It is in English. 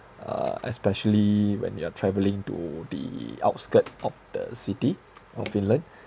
uh especially when you are travelling to the outskirt of the city of finland